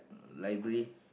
library